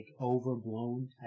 overblown